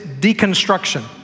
deconstruction